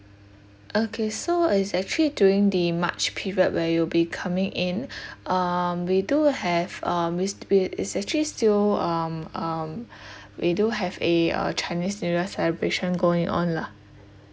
okay so it's actually during the march period where you'll be coming in um we do have uh we st~ we it's actually still um um we do have a uh chinese new year celebration going on lah